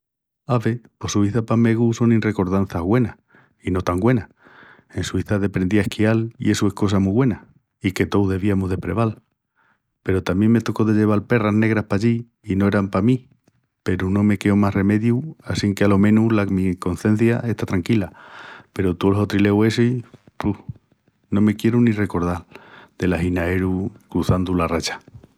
Ave, pos Suíça pa megu sonin recordanças güenas i no tan güenas. En Suíça deprendí a esquial i essu es cosa mu güena i que tóus deviamus de preval. Peru tamién me tocó de lleval perras negras pallí i no eran pa mí peru no me queó más remediu assinque alo menus la mi concencia está tranquila peru tol hotrileu essi, bu, no me quieru ni recordal del aginaeru cruzandu la raya.